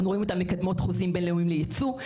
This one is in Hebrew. אנחנו רואים אותן מקדמות חוזים בין-לאומיים לייצוא,